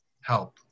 help